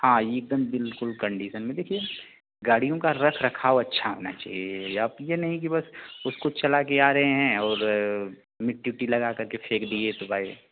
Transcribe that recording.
हाँ एकदम बिल्कुल कंडीसन में देखिए गाड़ियों का रख रखाव अच्छा होना चाहिए आप ये नहीं कि बस उसको चला कर आ रहे हैं और मिट्टी ओट्टी लगा कर के फेंक दिए तो भाई